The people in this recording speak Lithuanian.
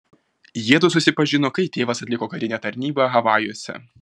jiedu susipažino kai tėvas atliko karinę tarnybą havajuose